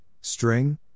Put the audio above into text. string